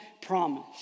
promise